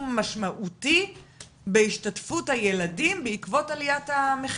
משמעותי בהשתתפות הילדים בעקבות המחירים?